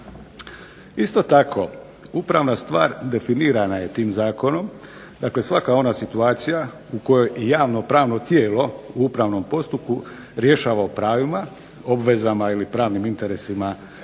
Isto tako upravna stvar definirana je tim zakonom. Dakle, svaka ona situacija u kojoj javno pravno tijelo u upravnom postupku rješava o pravima, obvezama ili pravnim interesima